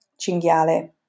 cinghiale